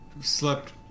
slept